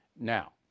now